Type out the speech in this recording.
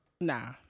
Nah